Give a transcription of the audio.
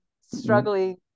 struggling